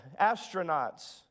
astronauts